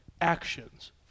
actions